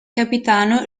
capitano